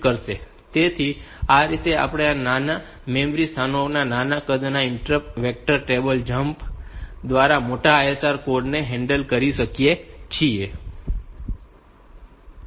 તેથી આ રીતે આપણે આ નાના મેમરી સ્થળોએ નાના કદના ઇન્ટરપ્ટ વેક્ટર ટેબલ જમ્પ માં મોટા ISR કોડ ને હેન્ડલ કરી શકીએ છીએ